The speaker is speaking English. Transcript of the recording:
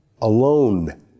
Alone